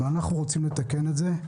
אנחנו רוצים לתקן את זה.